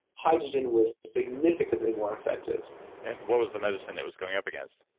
hydrogen was significantly more effective and what was the medicine it was going up against?